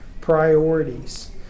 priorities